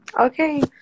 Okay